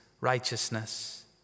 righteousness